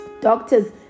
doctors